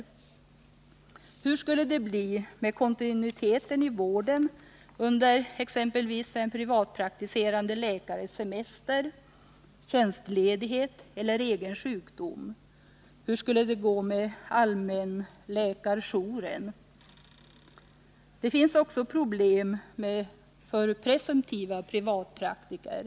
Hur skulle det bli med kontinuiteten i vården under exempelvis en privatpraktiserande läkares semester, tjänstledighet eller egen sjukdom? Hur skulle det gå med allmänläkarjouren? Det finns också problem för presumtiva privatpraktiker.